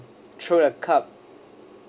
throw a cup